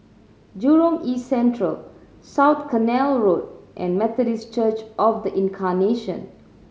Jurong East Central South Canal Road and Methodist Church Of The Incarnation